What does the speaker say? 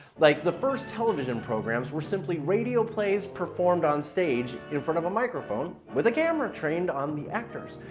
like the first television programs were simply radio plays performed on stage in front of a microphone with a camera trained on the actors,